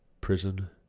prison